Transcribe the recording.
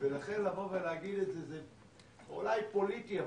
לבוא ולהגיד דבר כזה זה אולי פוליטי,